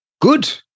Good